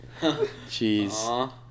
jeez